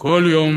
כל יום